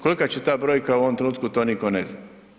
Kolika će ta brojka u ovom trenutku to niko ne zna.